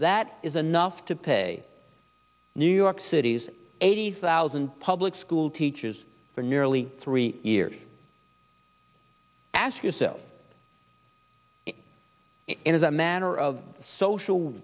that is enough to pay new york city's eighty thousand public school teachers for nearly three years ask yourself as a matter of social